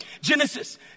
Genesis